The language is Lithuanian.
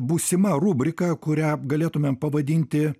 būsima rubrika kurią galėtumėm pavadinti